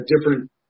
different